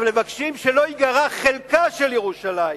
אבל מבקשים שלא ייגרע חלקה של ירושלים.